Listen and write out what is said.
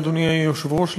אדוני היושב-ראש,